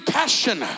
passion